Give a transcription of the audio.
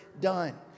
done